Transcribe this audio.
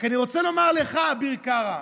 רק אני רוצה לומר לך, אביר קארה: